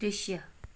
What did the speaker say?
दृश्य